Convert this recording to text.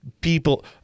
People